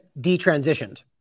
detransitioned